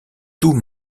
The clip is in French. tout